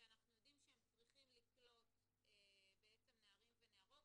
שאנחנו יודעים שהם צריכים לקלוט נערים ונערות,